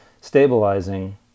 stabilizing